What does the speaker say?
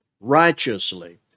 righteously